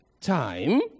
time